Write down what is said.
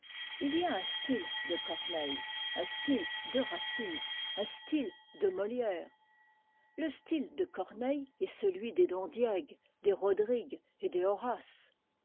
il y a un style de corneille un style de racine un style de molière le style de corneille est celui des don diègue des rodrigue et des horaces